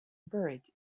buried